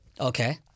Okay